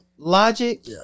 logic